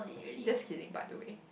just kidding by the way